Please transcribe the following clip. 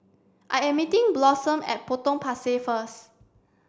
I am meeting Blossom at Potong Pasir first